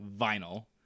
vinyl